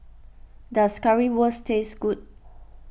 does Currywurst taste good